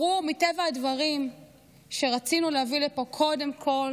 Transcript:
ברור שמטבע הדברים רצינו להביא לפה קודם כול